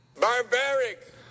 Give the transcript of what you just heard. Barbaric